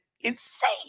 insane